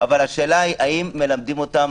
אבל השאלה היא האם מלמדים אותם,